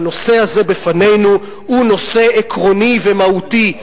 שהנושא הזה שבפנינו הוא נושא עקרוני ומהותי,